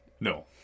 No